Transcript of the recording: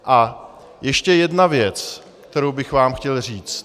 A ještě jedna věc, kterou bych vám chtěl říct.